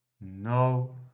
no